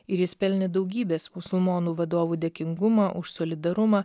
ir jis pelnė daugybės musulmonų vadovų dėkingumą už solidarumą